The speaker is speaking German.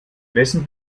wessen